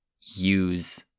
use